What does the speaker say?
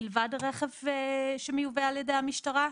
מלבד רכב שמיובא על ידי המשטרה?